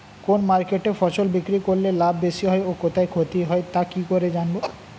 কোন মার্কেটে ফসল বিক্রি করলে লাভ বেশি হয় ও কোথায় ক্ষতি হয় তা কি করে জানবো?